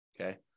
Okay